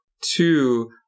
two